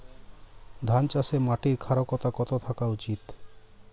ধান চাষে মাটির ক্ষারকতা কত থাকা উচিৎ?